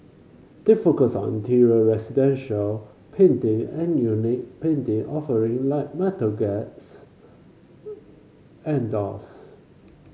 they focus on interior residential painting and unique painting offering like metal gates and doors